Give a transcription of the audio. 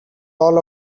all